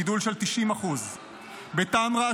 גידול של 90%; בטמרה,